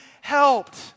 helped